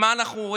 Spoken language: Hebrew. ומה אנחנו רואים?